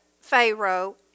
Pharaoh